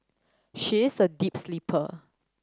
she is a deep sleeper